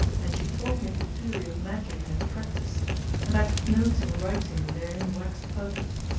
and she taught me the theory of magic and its practice and i took notes in writing and therein waxed perfect,